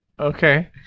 Okay